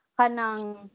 Kanang